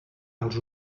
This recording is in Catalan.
als